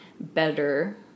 better